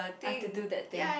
I have to do that thing